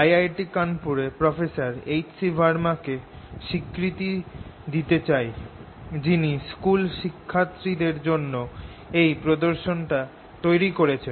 IIT Kanpur এ professor H C Verma কে স্বীকৃতি দিতে চাই যিনি স্কুল শিক্ষার্থীদের জন্য এই প্রদর্শনটা তৈরি করেছেন